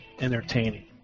entertaining